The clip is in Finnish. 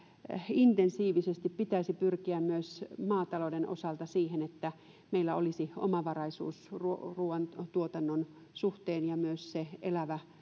intensiivisesti pitäisi pyrkiä myös maatalouden osalta siihen että meillä olisi omavaraisuus ruoantuotannon suhteen ja myös se elävä